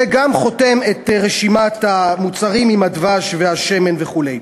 זה גם חותם את רשימת המוצרים עם הדבש והשמן וכו'.